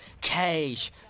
cage